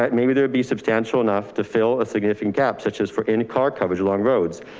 ah maybe there'll be substantial enough to fill a significant gap such as for any car coverage, long roads,